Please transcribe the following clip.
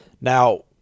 Now